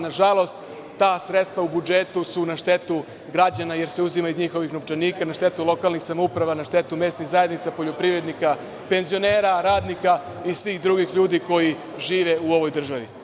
Na žalost, ta sredstva u budžetu su na štetu građana, jer se uzimaju iz njihovih novčanika, na štetu lokalnih samouprava, na štetu mesnih zajednica, poljoprivrednika, penzionera, radnika i svih drugih ljudi koji žive u ovoj državi.